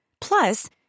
Plus